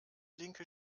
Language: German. linke